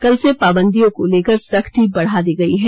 कल से पाबंदियों को लेकर सख्ती बढ़ा दी गयी है